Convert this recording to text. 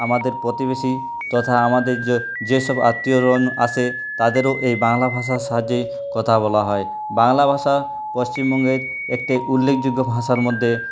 আমাদের প্রতিবেশি তথা আমাদের যে যেসব আত্মীয় রন আসে তাদেরও এই বাংলা ভাষার সাহায্যে কথা বলা হয় বাংলা ভাষা পশ্চিমবঙ্গের একটি উল্লেখযোগ্য ভাষার মধ্যে